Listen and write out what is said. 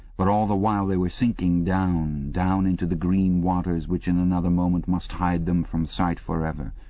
but all the while they were sinking down, down into the green waters which in another moment must hide them from sight for ever.